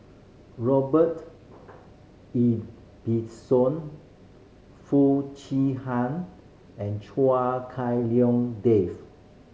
Robert Ibbetson Foo Chee Han and Chua Hak Lien Dave